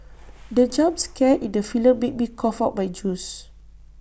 the jump scare in the film made me cough out my juice